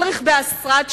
על רכבי השרד שלהם,